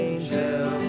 Angel